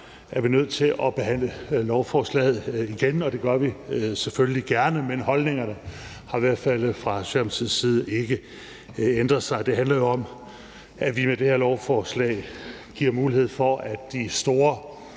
er vi nødt til at behandle lovforslaget igen, og det gør vi selvfølgelig gerne. Men holdningerne har fra Socialdemokratiets side i hvert fald ikke ændret sig. Det handler jo om, at vi med det her lovforslag giver mulighed for, at de store